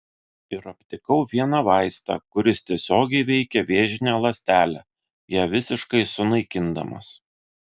ir aptikau vieną vaistą kuris tiesiogiai veikia vėžinę ląstelę ją visiškai sunaikindamas